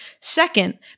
Second